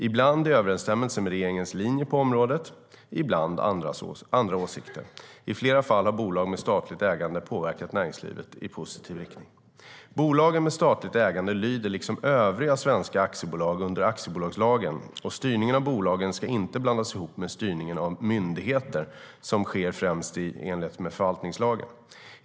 Ibland sker det i överensstämmelse med regeringens linje på området och ibland i överensstämmelse med andra åsikter. I flera fall har bolag med statligt ägande påverkat näringslivet i positiv riktning. Bolagen med statligt ägande lyder liksom övriga svenska aktiebolag under aktiebolagslagen . Styrningen av bolag ska inte blandas ihop med styrning av myndigheter, som sker främst i enlighet med förvaltningslagen.